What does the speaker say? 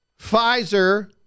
pfizer